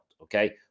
okay